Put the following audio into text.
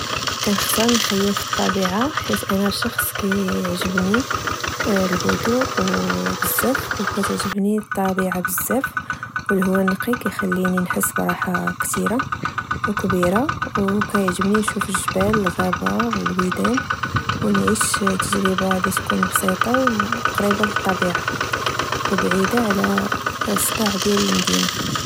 كنختار نخيم في الطبيعة، حيت أنا شخص كيعجبني الهدوء وبزاف. كتعجبني الطبيعة بزاف، والهوا النقي كيخليني نحس براحة كتيرة و كبيرة. وكعحبني نشوف الجبال، الغابة، والويدان، ونعيش تجربة اللي تكون بسيطة وقريبة للطبيعة، و بعيدة على الصداع ديال المدينة